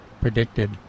predicted